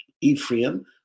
Ephraim